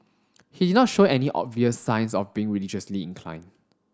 he did not show any obvious signs of being religiously inclined